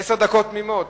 עשר דקות תמימות.